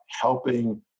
helping